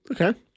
Okay